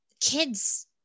kids